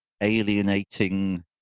alienating